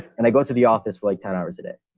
and i go to the office for like ten hours a day.